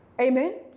amen